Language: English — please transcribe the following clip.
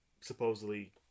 supposedly